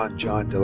ah john de